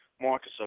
Marcus